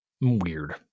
Weird